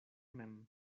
mem